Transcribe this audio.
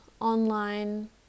online